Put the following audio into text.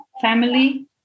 family